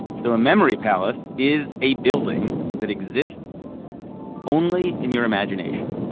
so a memory palace is a building that exists only in your imagination.